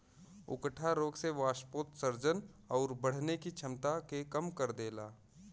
उकठा रोग से वाष्पोत्सर्जन आउर बढ़ने की छमता के कम कर देला